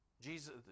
Jesus